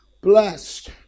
blessed